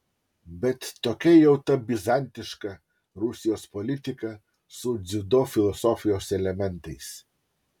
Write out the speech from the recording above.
bet tokia jau ta bizantiška rusijos politika su dziudo filosofijos elementais